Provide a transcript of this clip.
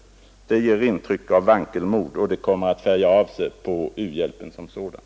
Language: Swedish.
Det skulle ge intryck av vankelmod, och det kommer givetvis att få återverkningar på u-hjälpsopinionen.